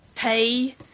Pay